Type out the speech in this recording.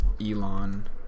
Elon